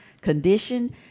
condition